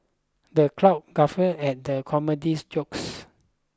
the crowd guffawed at the comedy's jokes